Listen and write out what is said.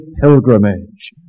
pilgrimage